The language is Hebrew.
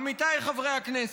עמיתיי חברי הכנסת,